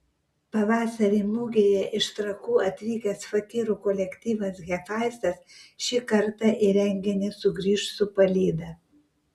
pavasarį mugėje iš trakų atvykęs fakyrų kolektyvas hefaistas šį kartą į renginį sugrįš su palyda